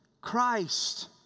Christ